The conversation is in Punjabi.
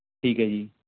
ਠੀਕ ਹੈ ਜੀ